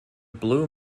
blue